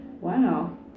wow